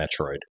metroid